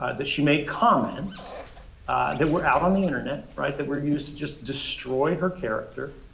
ah that she made comments that were out on the internet, right, that were used to just destroy her character.